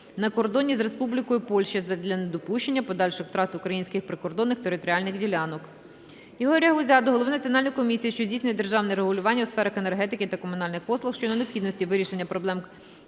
на кордоні з Республікою Польща задля недопущення подальших втрат українських прикордонних територіальних ділянок.